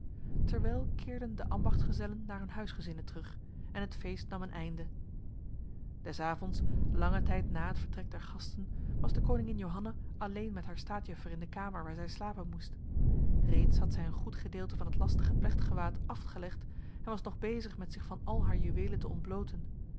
terwijl keerden de ambachtsgezellen naar hun huisgezinnen terug en het feest nam een einde des avonds lange tijd na het vertrek der gasten was de koningin johanna alleen met haar staatjuffer in de kamer waar zij slapen moest reeds had zij een goed gedeelte van het lastige plechtgewaad afgelegd en was nog bezig met zich van al haar juwelen te ontbloten